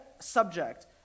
subject